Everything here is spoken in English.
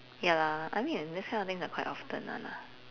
ya lah I mean in this kind of things are quite often [one] lah